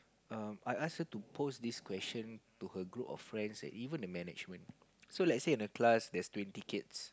um I ask her to post this question to her group of friends and even the management so let's say in a class there's twenty kids